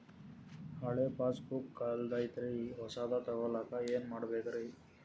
ಹಳೆ ಪಾಸ್ಬುಕ್ ಕಲ್ದೈತ್ರಿ ಹೊಸದ ತಗೊಳಕ್ ಏನ್ ಮಾಡ್ಬೇಕರಿ?